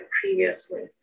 previously